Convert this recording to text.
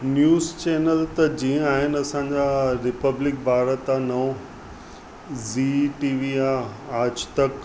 news channel त जीअं आहिनि असांजा रिपब्लिक भारत आहे नओ ज़ी टीवी आहे आजतक